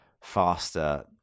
faster